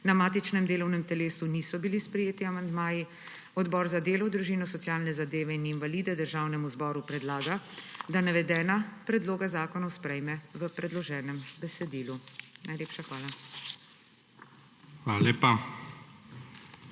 na matičnem delovnem telesu niso bili sprejeti amandmaji, Odbor za delo, družino, socialne zadeve in invalide Državnemu zboru predlaga, da navedena predloga zakonov sprejme v predloženem besedilu. Najlepša hvala.